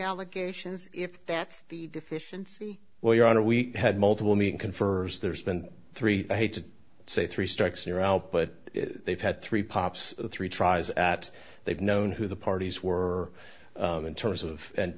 allegations if that's the deficiency well your honor we had multiple mean confers there's been three i hate to say three strikes you're out but they've had three pops of three tries at they've known who the parties were in terms of and